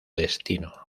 destino